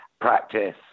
practice